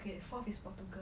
okay fourth is portugal